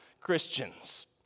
Christians